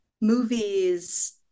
movies